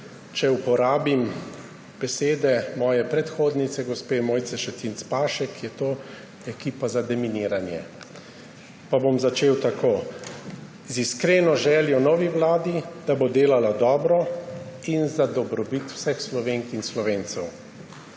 Če uporabim besede svoje predhodnice gospe Mojce Šetinc Pašek, je to ekipa za deminiranje. Bom začel tako, z iskreno željo novi vladi, da bo delala dobro in za dobrobit vseh Slovenk in Slovencev.